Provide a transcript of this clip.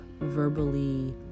verbally